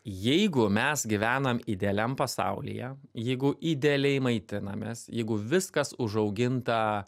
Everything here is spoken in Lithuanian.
jeigu mes gyvenam idealiam pasaulyje jeigu idealiai maitinamės jeigu viskas užauginta